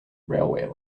railway